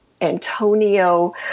Antonio